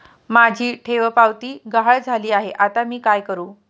माझी ठेवपावती गहाळ झाली आहे, आता मी काय करु?